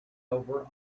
over